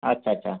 अच्छा अच्छा